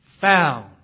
found